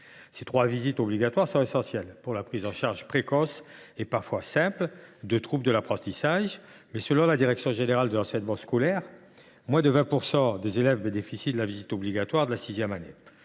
Ces trois visites obligatoires sont essentielles pour la prise en charge précoce et parfois simple de troubles de l’apprentissage. Or, selon la direction générale de l’enseignement scolaire, moins de 20 % des élèves bénéficient de la visite obligatoire de la sixième année.